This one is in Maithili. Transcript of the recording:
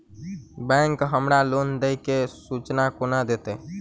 बैंक हमरा लोन देय केँ सूचना कोना देतय?